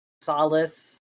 solace